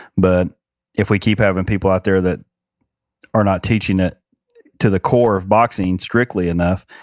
but if we keep having people out there that are not teaching it to the core of boxing strictly enough,